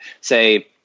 Say